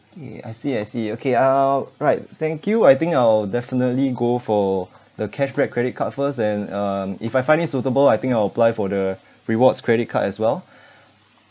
K I see I see okay uh right thank you I think I'll definitely go for the cashback credit card first and um if I find it suitable I think I'll apply for the rewards credit card as well